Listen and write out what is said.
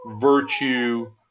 virtue